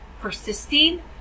persisting